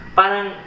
parang